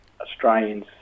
Australians